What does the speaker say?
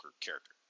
character